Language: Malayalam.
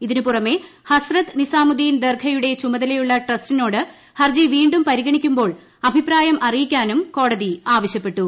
ഇതിന് പുറമേ ഹസ്രത്ത് നിസാമുദ്ദീൻ ദർഗയുടെ ചുമതലയുള്ള ട്രസ്റ്റിനോട് ഹർജി വീണ്ടും പരിഗണിക്കുമ്പോൾ അഭിപ്രായം അറിയിക്കാനും കോടതി ആവശ്യപ്പെട്ടു